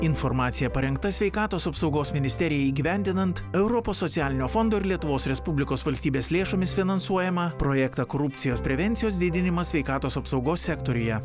informacija parengta sveikatos apsaugos ministerijai įgyvendinant europos socialinio fondo ir lietuvos respublikos valstybės lėšomis finansuojamą projektą korupcijos prevencijos didinimas sveikatos apsaugos sektoriuje